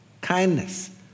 kindness